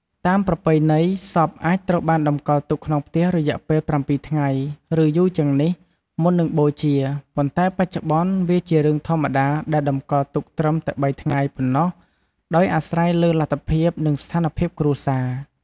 តាមប្រពៃណី សពអាចត្រូវបានតម្កល់ទុកក្នុងផ្ទះរយៈពេល ៧ថ្ងៃ ឬយូរជាងនេះ មុននឹងបូជា ប៉ុន្តែបច្ចុប្បន្ន វាជារឿងធម្មតាដែលតម្កល់ទុកត្រឹមតែ ៣ថ្ងៃប៉ុណ្ណោះ ដោយអាស្រ័យលើលទ្ធភាព និងស្ថានភាពគ្រួសារ។